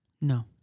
no